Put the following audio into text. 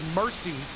mercy